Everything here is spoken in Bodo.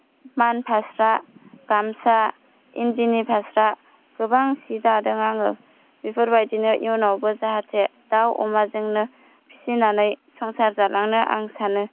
मान फास्रा गामसा इन्दिनि फास्रा गोबां सि दादों आङो बेफोरबादिनो इउनावबो जाहाथे दाव अमाजोंनो फिसिनानै संसार जालांनो आं सानो